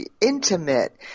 intimate